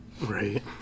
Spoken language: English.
Right